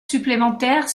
supplémentaires